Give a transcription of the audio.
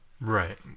Right